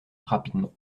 rapidement